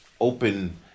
Open